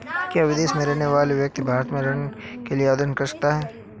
क्या विदेश में रहने वाला व्यक्ति भारत में ऋण के लिए आवेदन कर सकता है?